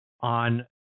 on